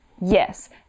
yes